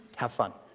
have fun.